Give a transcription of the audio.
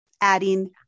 adding